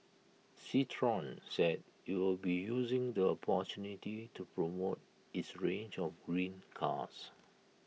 citroen said IT will be using the opportunity to promote its range of green cars